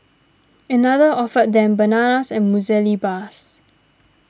another offered them bananas and muesli bars